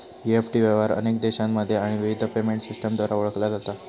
EFT व्यवहार अनेक देशांमध्ये आणि विविध पेमेंट सिस्टमद्वारा ओळखला जाता